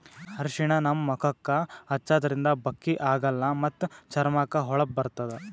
ಅರ್ಷಿಣ ನಮ್ ಮುಖಕ್ಕಾ ಹಚ್ಚದ್ರಿನ್ದ ಬಕ್ಕಿ ಆಗಲ್ಲ ಮತ್ತ್ ಚರ್ಮಕ್ಕ್ ಹೊಳಪ ಬರ್ತದ್